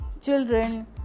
children